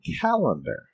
calendar